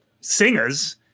singers